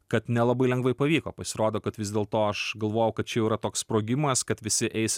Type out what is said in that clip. kad nelabai lengvai pavyko pasirodo kad vis dėlto aš galvojau kad čia jau yra toks sprogimas kad visi eis